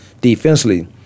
Defensively